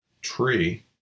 tree